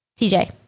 TJ